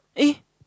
eh